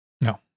No